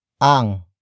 ang